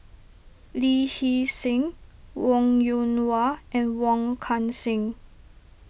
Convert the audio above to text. Lee Hee Seng Wong Yoon Nu Wah and Wong Kan Seng